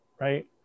right